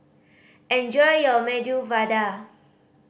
enjoy your Medu Vada